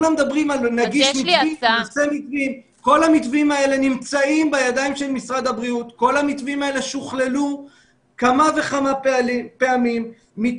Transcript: כל המתווים הללו שוכללו כמה וכמה פעמים והוגשו למשרד הבריאות.